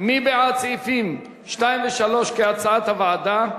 מי בעד סעיפים 2 ו-3 כהצעת הוועדה?